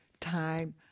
time